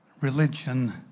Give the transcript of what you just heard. religion